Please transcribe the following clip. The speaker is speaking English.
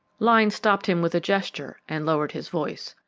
lyne stopped him with a gesture and lowered his voice.